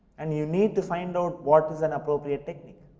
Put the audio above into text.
and you need to find out what is an appropriate technique?